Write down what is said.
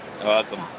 Awesome